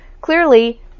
clearly